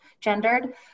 gendered